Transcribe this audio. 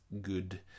good